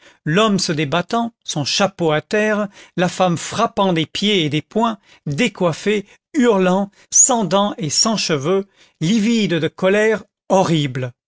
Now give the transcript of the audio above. l'homme se débattant son chapeau à terre la femme frappant des pieds et des poings décoiffée hurlant sans dents et sans cheveux livide de colère horrible